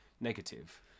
negative